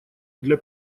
для